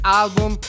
album